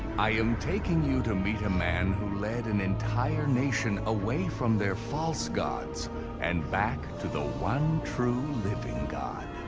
i am taking you to meet a man who led an entire nation away from their false gods and back to the one true living god.